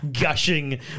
gushing